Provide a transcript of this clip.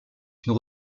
une